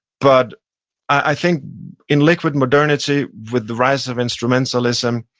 but i think in liquid modernity with the rise of instrumentalism,